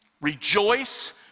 Rejoice